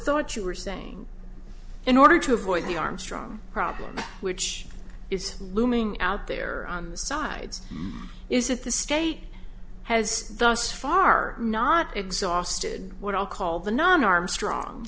thought you were saying in order to avoid the armstrong problem which is looming out there on the sides is that the state has thus far not exhausted what i'll call the non armstrong